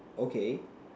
okay